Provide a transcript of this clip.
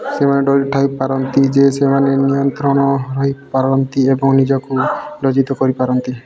ସେମାନେ ଡରୁଥାଇପାରନ୍ତି ଯେ ସେମାନେ ନିୟନ୍ତ୍ରଣ ହରାଇପାରନ୍ତି ଏବଂ ନିଜକୁ ଲଜ୍ଜିତ କରିପାରନ୍ତି